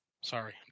Sorry